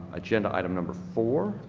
ah yeah and item number four,